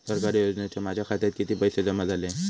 सरकारी योजनेचे माझ्या खात्यात किती पैसे जमा झाले?